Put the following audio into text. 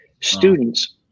students